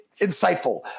insightful